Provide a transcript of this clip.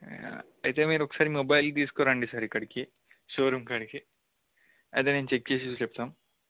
అయితే మీరు ఒకసారి మొబైల్ తీసుకోరండి సార్ ఇక్కడికి షోరూమ్ కాడికి అదే నేను చెక్ చేసి చెప్తాం